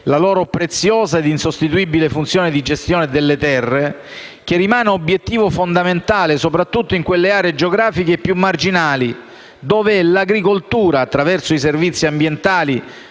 la loro preziosa e insostituibile funzione di gestione delle terre, che rimane obiettivo fondamentale soprattutto in quelle aree geografiche più marginali, dove è l'agricoltura, attraverso i servizi ambientali